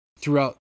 throughout